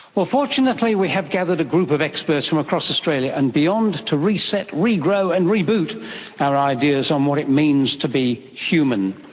well, fortunately we have gathered a group of experts from across australia and beyond to reset, regrow and reboot our ideas on what it means to be human.